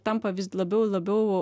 tampa vis labiau labiau